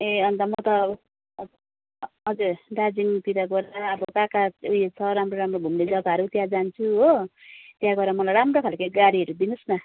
ए अनि त म त हजुर दार्जिलिङतिर गएर अब कहाँ कहाँ ऊ यो छ राम्रो राम्रो घुम्ने जग्गाहरू त्यहाँ जान्छु हो त्यहाँ गएर मलाई राम्रो खाल्के गाडी हेरिदिनुहोस् न